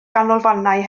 ganolfannau